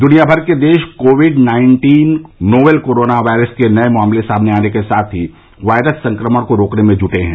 दुनिया भर के देश covid nineteen novel corona virus के नए मामले सामने आने के साथ ही वायरस संक्रमण को रोकने में जूटे हैं